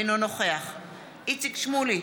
אינו נוכח איציק שמולי,